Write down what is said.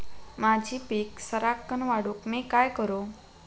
माझी पीक सराक्कन वाढूक मी काय करू?